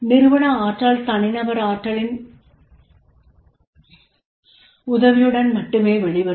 நிறுவன ஆற்றல் தனி நபர் ஆற்றலின் உதவியுடன் மட்டுமே வெளிவரும்